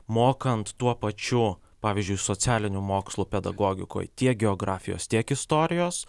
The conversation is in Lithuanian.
mokant tuo pačiu pavyzdžiui socialinių mokslų pedagogikoj tiek geografijos tiek istorijos